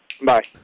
Bye